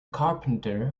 carpenter